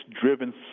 driven